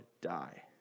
die